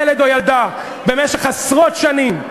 ילד או ילדה במשך עשרות שנים.